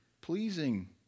Pleasing